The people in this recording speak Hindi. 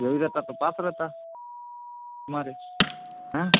ज़रूरी रहता तो पास रहता तुम्हारे हाँ